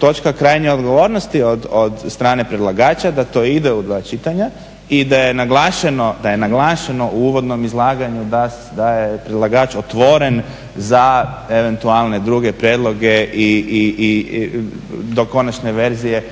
točka krajnje odgovornosti od strane predlagača da to ide u dva čitanja i da je naglašeno u uvodnom izlaganju da je predlagač otvoren za eventualne druge prijedloge i do konačne verzije